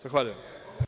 Zahvaljujem.